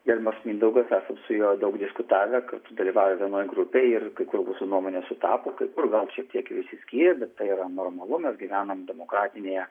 gerbiamas mindaugas esam su juo daug diskutavę kad dalyvavę vienoje grupėje ir kai kur mūsų nuomonės sutapo kai kur gal šiek tiek ir išsiskyrė bet tai yra normalu mes gyvenam demokratinėje